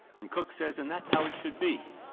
and coke says, and that's how it should be.